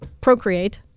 procreate